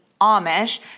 Amish